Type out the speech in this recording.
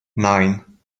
nine